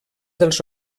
dels